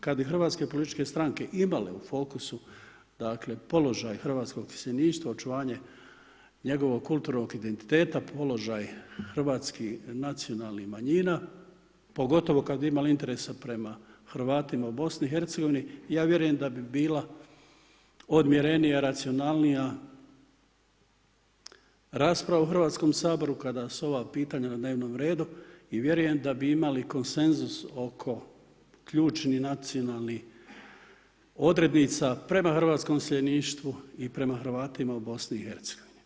Kad bi hrvatske političke stranke imale u fokusu položaj hrvatskog iseljeništva očuvanje njegovog kulturnog identiteta, položaj hrvatskih nacionalnih manjina, pogotovo kad bi imali interesa prema Hrvatima u Bosni i Hercegovini ja vjerujem da bi bila odmjerenija, racionalnija rasprava u Hrvatskom saboru kada su ova pitanja na dnevnom redu i vjerujem da bi imali konsenzus oko ključnih nacionalnih odrednica prema hrvatskom iseljeništvu i prema Hrvatima u Bosni i Hercegovini.